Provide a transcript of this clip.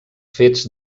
fets